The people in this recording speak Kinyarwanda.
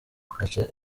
aca